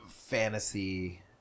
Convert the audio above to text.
fantasy